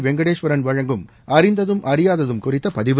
வெங்கடேஸ்வரன் வழங்கும் அறிந்ததும் அறியாததும் குறித்தபதிவு